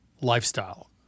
lifestyle